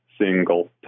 single